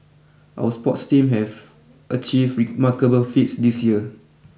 our sports teams have achieved remarkable feats this year